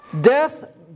Death